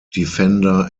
defender